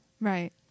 Right